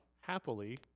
happily